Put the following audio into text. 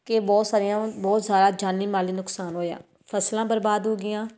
ਕਿ ਬਹੁਤ ਸਾਰੀਆਂ ਬਹੁਤ ਸਾਰਾ ਜਾਨੀ ਮਾਲੀ ਨੁਕਸਾਨ ਹੋਇਆ ਫਸਲਾਂ ਬਰਬਾਦ ਹੋ ਗਈਆਂ